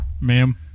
ma'am